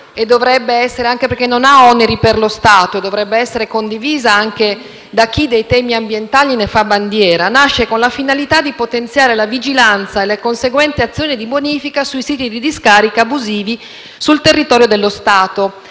è un bell'emendamento, che non ha oneri per lo Stato e dovrebbe essere condiviso anche da chi dei temi ambientali fa una bandiera. Esso nasce con la finalità di potenziare la vigilanza e le conseguenti azioni di bonifica dei siti di discarica abusiva sul territorio dello Stato,